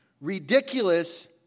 Ridiculous